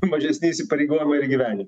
mažesni įsipareigojimai ir įgyvendint